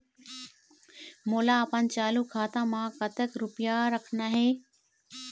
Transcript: मोला अपन चालू खाता म कतक रूपया रखना हे?